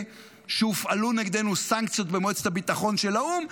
שהופעלו נגדנו סנקציות במועצת הביטחון של האו"ם.